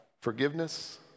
forgiveness